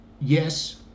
yes